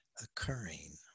occurring